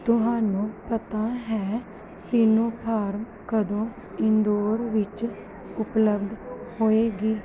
ਤੁਹਾਨੂੰ ਪਤਾ ਹੈ ਸਿਨੋਫਾਰਮ ਕਦੋਂ ਇੰਦੋਰ ਵਿਚ ਉਪਲੱਬਧ ਹੋਵੇਗੀ